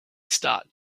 start